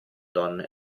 donne